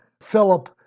Philip